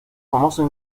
famosos